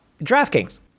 DraftKings